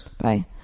Bye